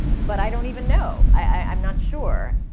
but i don't even know. i'm not sure.